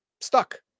stuck